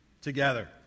together